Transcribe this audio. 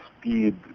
speed